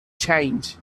change